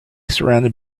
surrounded